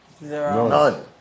None